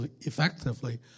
effectively